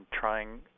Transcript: trying